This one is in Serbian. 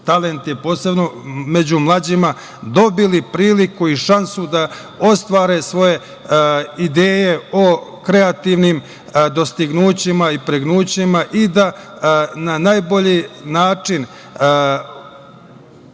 talenti, posebno među mlađima, dobili priliku i šansu da ostvare svoje ideje o kreativnim dostignućima i pregnućima i da na najbolji način